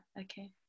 okay